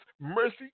mercy